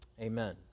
Amen